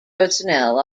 personnel